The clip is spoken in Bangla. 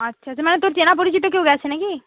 আচ্ছা আচ্ছা মানে তোর চেনা পরিচিত কেউ গেছে না কি